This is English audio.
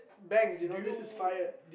bangs you know this is fire